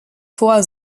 vor